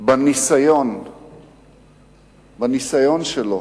בניסיון שלו